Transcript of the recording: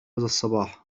الصباح